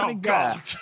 God